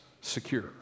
secure